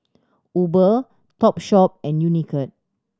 Uber Topshop and Unicurd